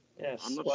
Yes